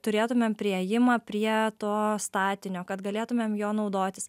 turėtumėm priėjimą prie to statinio kad galėtumėm jo naudotis